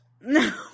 No